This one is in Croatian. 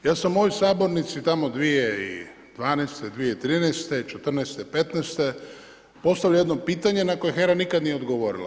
Ja sam u ovoj sabornici tamo 2012., 2013., '14., '15. postavio jedno pitanje na koje HERA nikada nije odgovorila.